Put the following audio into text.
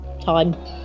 time